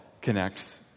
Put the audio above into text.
connects